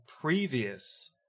previous